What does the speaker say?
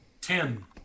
Ten